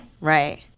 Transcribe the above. Right